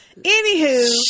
Anywho